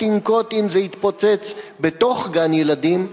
תנקוט אם זה יתפוצץ בתוך גן-ילדים?